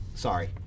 sorry